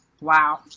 Wow